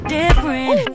different